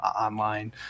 online